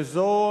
וזו,